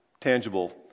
tangible